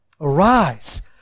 Arise